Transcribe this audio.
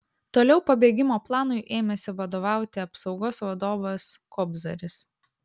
toliau pabėgimo planui ėmėsi vadovauti apsaugos vadovas kobzaris